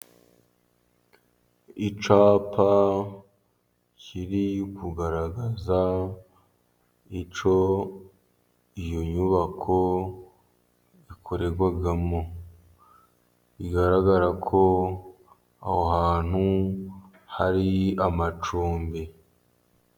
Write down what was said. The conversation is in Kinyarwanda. Icyapa kiri kugaragaza icyo iyo nyubako yakorerwagamo, bigaragara ko aho hantu hari amacumbi.